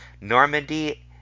Normandy